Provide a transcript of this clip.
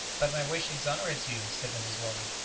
but my wish exonerates you, said mrs. weldon.